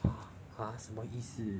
!huh! 什么意思